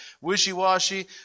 wishy-washy